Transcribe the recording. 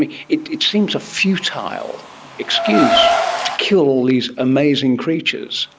and it it seems a futile excuse to kill all these amazing creatures.